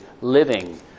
living